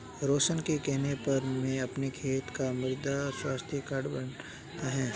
रोशन के कहने पर मैं अपने खेत का मृदा स्वास्थ्य कार्ड बनवाया